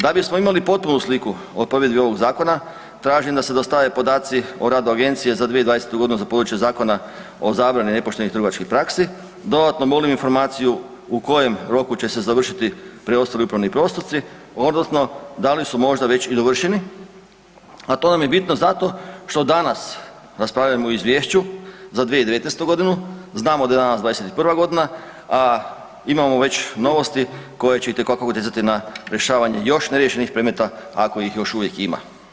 Da bismo imali potpunu sliku o provedbi ovog zakona tražim da se dostave podaci o radu agencije za 2020.g. za područje Zakona o zabrani nepoštenih trgovačkih praksi, dodatno molim informaciju u kojem roku će se završiti preostali upravni postupci odnosno da li su možda već i dovršeni, a to nam je bitno zato što danas raspravljamo o izvješću za 2019.g., znamo da je danas 2021.g., a imamo već novosti koje će itekako utjecati na rješavanje još neriješenih predmeta ako ih još uvijek ima.